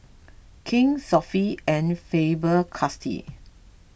King's Sofy and Faber Castell